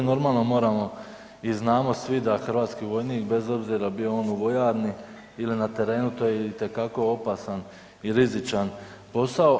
Moramo i znamo svi da hrvatski vojnik bez obzira bio on u vojarni ili na terenu to je itekako opasan i rizičan posao.